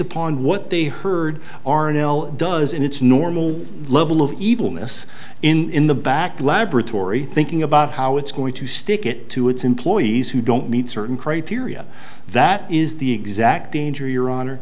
upon what they heard arnelle does in its normal level of evilness in the back laboratory thinking about how it's going to stick it to its employees who don't meet certain criteria that is the exact danger your honor